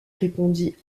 répondit